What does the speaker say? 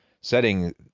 Setting